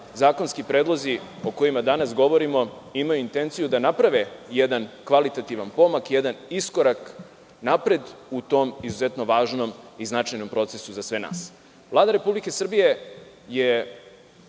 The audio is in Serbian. zakonski predlozi o kojima danas govorimo imaju intenciju da naprave jedan kvalitativan pomak, jedan iskorak napred u tom izuzetnom važnom i značajnom procesu za sve nas. Vlada Republike Srbije je